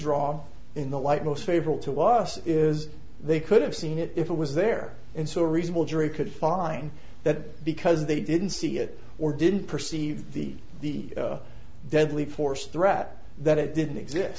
draw in the light most favorable to us is they could have seen it if it was there and so a reasonable jury could find that because they didn't see it or didn't perceive the the deadly force threat that it didn't exist